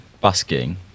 busking